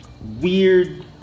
weird